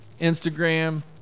Instagram